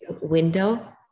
window